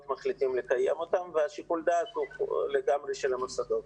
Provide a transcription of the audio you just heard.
מחליטים לקיים אותן ושיקול הדעת הוא לגמרי של המוסדות.